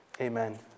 Amen